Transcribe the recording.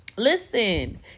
Listen